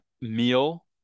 meal